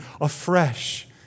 afresh